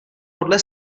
podle